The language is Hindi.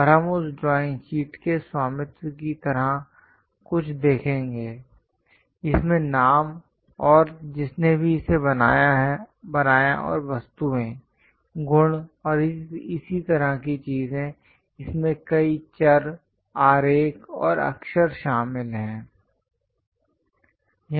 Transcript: और हम उस ड्राइंग शीट के स्वामित्व की तरह कुछ देखेंगे इसमें नाम और जिसने भी इसे बनाया और वस्तुएं गुण और इसी तरह की चीजें इसमें कई चर आरेख और अक्षर शामिल हैं